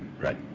Right